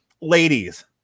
Ladies